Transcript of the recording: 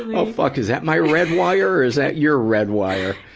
oh, fuck! is that my red wire, or is that your red wire?